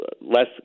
less